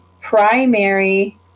primary